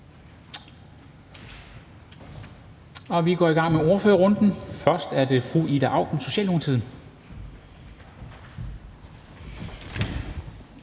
Vi går i gang med ordførerrunden, og først er det fru Ida Auken, Socialdemokratiet.